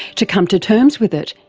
to come to terms with it,